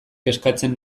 kezkatzen